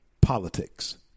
politics